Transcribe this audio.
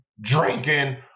drinking